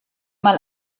mal